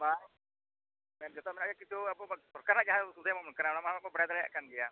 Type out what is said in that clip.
ᱢᱟ ᱡᱚᱛᱚ ᱢᱮᱱᱟᱜᱼᱟ ᱠᱤᱱᱛᱩ ᱟᱵᱚ ᱥᱚᱨᱠᱟᱨᱟᱜ ᱡᱟᱦᱟᱸ ᱱᱟ ᱦᱚᱸᱵᱚᱱ ᱵᱟᱲᱟᱭ ᱫᱟᱲᱮᱭᱟᱜ ᱠᱟᱱ ᱜᱮᱭᱟ